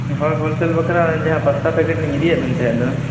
ᱦᱳᱭ ᱦᱳᱞᱥᱮᱞ ᱵᱟᱠᱷᱨᱟ ᱡᱟᱦᱟᱸ ᱯᱟᱥᱛᱟ ᱯᱮᱠᱮᱴ ᱞᱤᱧ ᱤᱫᱤᱭᱟᱫ ᱵᱮᱱ ᱛᱟᱦᱮᱸᱫ ᱫᱚ